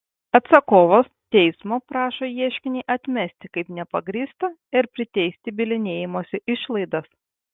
atsakovas teismo prašo ieškinį atmesti kaip nepagrįstą ir priteisti bylinėjimosi išlaidas